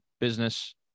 business